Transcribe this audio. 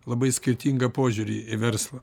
labai skirtingą požiūrį į verslą